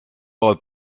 aurait